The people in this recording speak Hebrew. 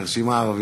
מהרשימה הערבית,